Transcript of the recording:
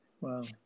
Wow